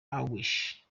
anguish